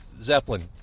Zeppelin